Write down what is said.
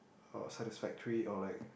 or satisfactory or like